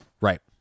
Right